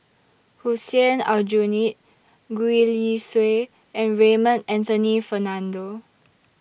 Hussein Aljunied Gwee Li Sui and Raymond Anthony Fernando